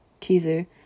Kizu